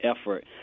effort